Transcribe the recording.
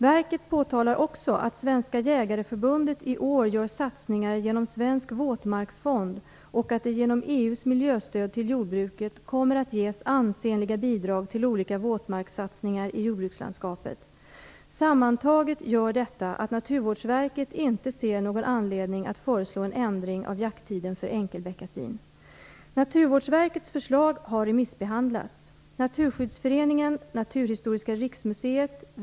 Verket påtalar också att Svenska jägareförbundet i år gör satsningar genom svensk våtmarksfond och att det genom EU:s miljöstöd till jordbruket kommer att ges ansenliga bidrag till olika våtmarkssatsningar i jordbrukslandskapet. Sammantaget gör detta att Naturvårdsverket inte ser någon anledning att föreslå en ändring av jakttiden för enkelbeckasin. Naturvårdsverkets förslag har remissbehandlats.